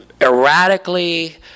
erratically